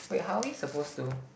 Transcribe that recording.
wait how are we supposed to